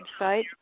website